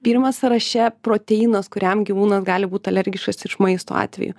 pirmas sąraše proteinas kuriam gyvūnas gali būti alergiškas iš maisto atveju